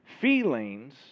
feelings